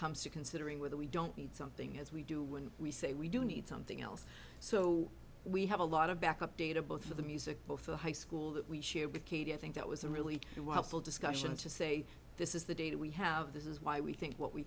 comes to considering whether we don't need something as we do when we say we do need something else so we have a lot of backup data both for the music both the high school that we share with katy i think that was a really helpful discussion to say this is the data we have this is why we think what we